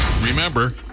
remember